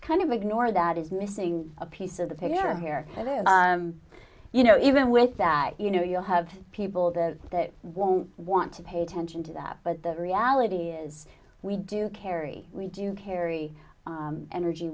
kind of ignore that is missing a piece of the picture here that is you know even with that you know you have people there that won't want to pay attention to that but the reality is we do carry we do carry energy